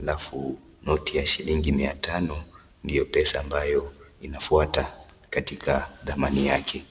alafu noti ya shilingi mia Tano ndio pesa ambayo inafuata katika thamani yake.